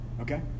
okay